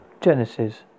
Genesis